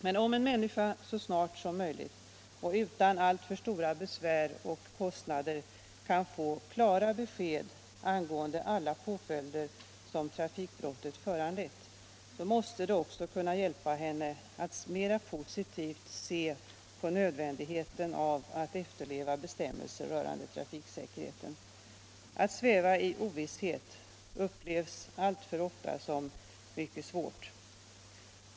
Men om en människa så snart som möjligt, och utan alltför stora besvär och kostnader, kan få klara besked angående alla påföljder som trafikbrottet föranlett, måste det också kunna hjälpa henne att se mer positivt på nödvändigheten av att efterleva bestämmelser rörande trafiksäkerheten. Att sväva i ovisshet upplevs alltför ofta som mycket svårt.